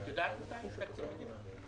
את יודעת מתי יש תקציב מדינה?